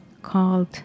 called